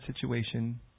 situation